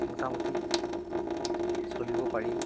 মোটামুটি চলিব পাৰি